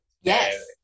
Yes